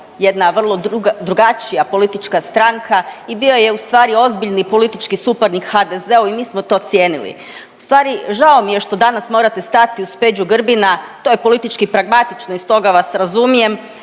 jedna drugačija politička stranka i bio je u stvari ozbiljni politički suparnik HDZ-u i mi smo to cijenili. U stvari žao mi je što danas morate stati uz Peđu Grbina to je politički pragmatično i stoga vas razumijem,